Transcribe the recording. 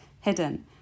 hidden